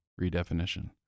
redefinition